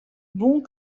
bons